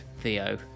Theo